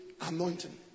anointing